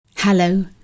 Hello